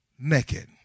naked